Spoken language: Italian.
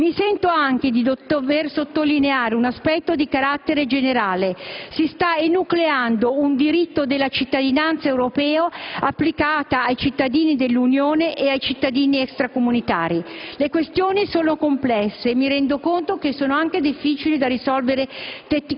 Mi sento anche di dover sottolineare un aspetto di carattere generale. Si sta enucleando un diritto della cittadinanza europea applicato ai cittadini dell'Unione e ai cittadini extracomunitari. Le questioni sono complesse e mi rendo conto che sono anche difficili da risolvere